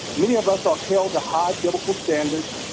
many of us are held to high biblical standards,